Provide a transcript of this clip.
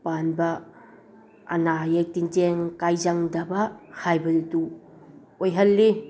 ꯄꯥꯟꯕ ꯑꯅꯥ ꯑꯌꯦꯛ ꯇꯤꯟꯖꯦꯡ ꯀꯥꯏꯖꯪꯗꯕ ꯍꯥꯏꯕꯗꯨ ꯑꯣꯏꯍꯜꯂꯤ